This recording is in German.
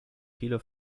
viele